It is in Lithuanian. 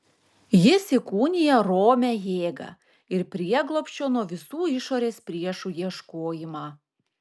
jis įkūnija romią jėgą ir prieglobsčio nuo visų išorės priešų ieškojimą